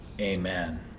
Amen